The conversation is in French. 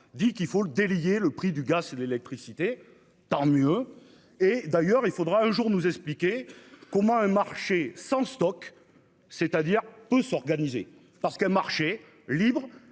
dit qu'il faut le délier le prix du gaz et l'électricité. Tant mieux. Et d'ailleurs il faudra un jour nous expliquer comment un marché sans stock.-- C'est-à-dire peut s'organiser parce que le marché libre.